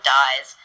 dies